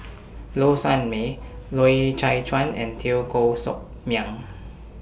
Low Sanmay Loy Chye Chuan and Teo Koh Sock Miang